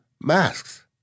masks